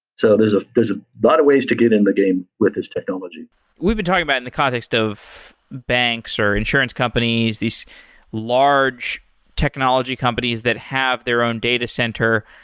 so there's there's a lot of ways to get in the game with this technology we've been talking about in the context of banks or insurance companies, these large technology companies that have their own data center.